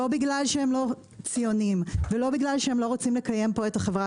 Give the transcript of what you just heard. לא בגלל שהן לא ציוניות ולא בגלל שהן לא רוצות לקיים את עצמן פה,